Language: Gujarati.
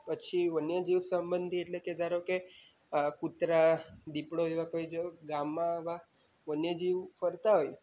પછી વન્યજીવ સંબધી એટલે કે ધારો કે આ કુતરા દીપડો એવા કોઈ જો ગામમાં આવા વન્યજીવ ફરતા હોય